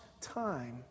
time